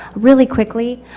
really quickly,